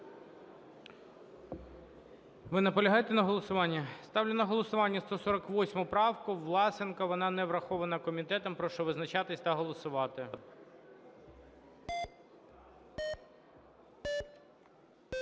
Ви наполягаєте на голосуванні? Ставлю на голосування 148 правку Власенка. Вона не врахована комітетом. Прошу визначатись та голосувати.